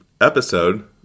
episode